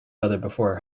before